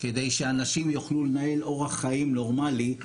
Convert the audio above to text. כדי שאנשים יוכלו לנהל אורח חיים נורמלי,